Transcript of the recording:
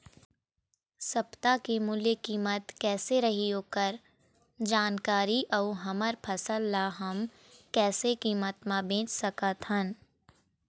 सप्ता के मूल्य कीमत कैसे रही ओकर जानकारी अऊ हमर फसल ला हम कैसे कीमत मा बेच सकत हन?